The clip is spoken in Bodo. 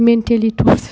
मेनटेलि टर्सार जानांदों